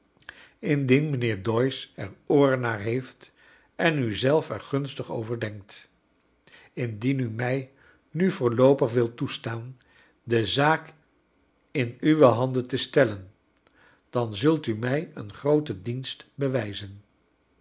indien mijnheer doyce cr ooren naar heeft en u zelf er gunstig over denkt indien u mij nu voorloopig wilt toes t aan de zaak in uwe handen te stellen dan zult u mij een grooten dienst bewijzen